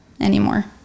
anymore